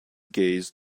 gaze